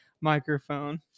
microphone